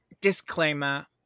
disclaimer